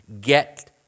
get